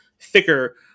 thicker